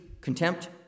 contempt